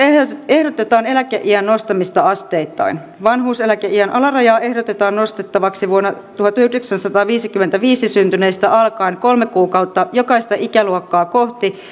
ehdotetaan eläkeiän nostamista asteittain vanhuuseläkeiän alarajaa ehdotetaan nostettavaksi vuonna tuhatyhdeksänsataaviisikymmentäviisi syntyneistä alkaen kolme kuukautta jokaista ikäluokkaa kohti